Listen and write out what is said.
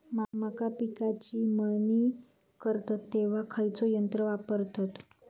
मका पिकाची मळणी करतत तेव्हा खैयचो यंत्र वापरतत?